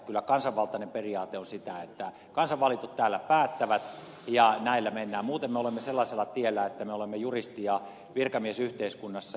kyllä kansanvaltainen periaate on sitä että kansan valitut täällä päättävät ja näillä mennään muuten me olemme sellaisella tiellä että me olemme juristi ja virkamiesyhteiskunnassa